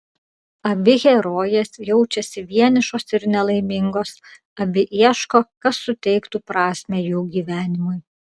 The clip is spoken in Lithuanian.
abi herojės jaučiasi vienišos ir nelaimingos abi ieško kas suteiktų prasmę jų gyvenimui